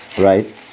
Right